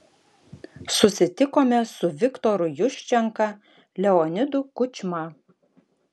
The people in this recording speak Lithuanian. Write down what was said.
susitikome su viktoru juščenka leonidu kučma